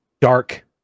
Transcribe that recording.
dark